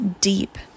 deep